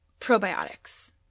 probiotics